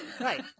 Right